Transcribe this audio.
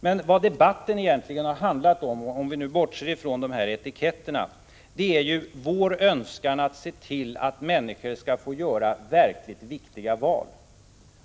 Men vad debatten egentligen har handlat om — om vi bortser från etiketterna — är ju vår önskan att se till att människor skall få göra verkligt viktiga val.